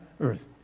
earth